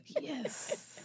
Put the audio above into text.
Yes